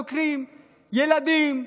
דוקרים ילדים,